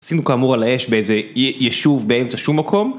עשינו כאמור על האש באיזה יישוב באמצע שום מקום.